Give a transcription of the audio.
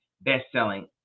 best-selling